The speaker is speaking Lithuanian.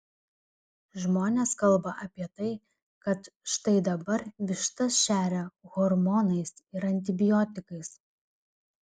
žmonės kalba apie tai kad štai dabar vištas šeria hormonais ir antibiotikais